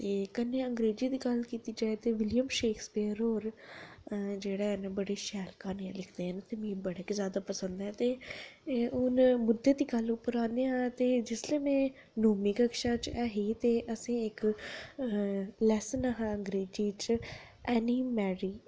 ते कन्नै अंगरेजी दी गल्ल किती जा ते बिलियम शेकस्पीयर होर न जेह्ड़ा ऐ बड़ियां शैल क्हानियां लिखदे न मिगी बड़ा गै जैदा पसंद ऐ ते ओह् मुद्दे दी गल्ल पर औन्नेआं ते जिसलै में नौमीं कक्षा च ही असें इक लैसन हा अंगरेजी च 'ऐनी मैरी'